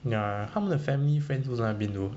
ya ya ya 他们的 family friends 都在那边 though